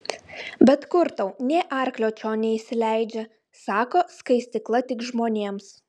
bet kur tau nė arklio čion neįsileidžia sako skaistykla tik žmonėms